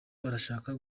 barashaka